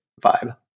vibe